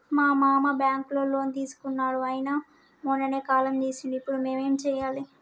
మా మామ బ్యాంక్ లో లోన్ తీసుకున్నడు అయిన మొన్ననే కాలం చేసిండు ఇప్పుడు మేం ఏం చేయాలి?